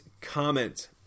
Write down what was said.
comment